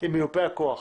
עם מיופה הכוח.